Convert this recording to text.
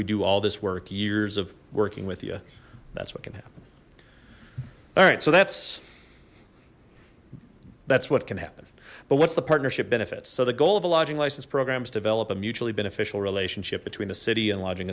we do all this work years of working with you that's what can happen all right so that's that's what can happen but what's the partnership benefits so the goal of a lodging license programs develop a mutually beneficial relationship between the city and lodging